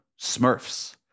Smurfs